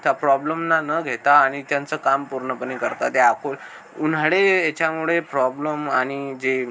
ता प्रॉब्लमना न घेता आणि त्यांचं काम पूर्णपणे करतात ते आप् उन्हाळे याच्यामुळे फ्रॉब्लम आणि जे